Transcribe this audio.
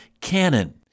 canon